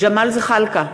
אינו נוכח ג'מאל זחאלקה,